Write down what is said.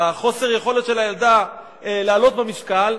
בחוסר יכולת של הילדה לעלות במשקל,